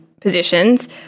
positions